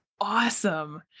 awesome